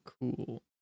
cool